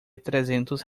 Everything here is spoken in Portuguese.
trezentos